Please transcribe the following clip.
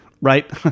right